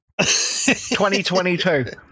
2022